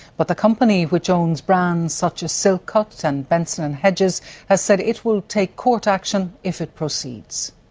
but the company which owns brands such as silk so cut so and benson and hedges has said it will take court action if it proceeds.